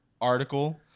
article